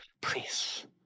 Please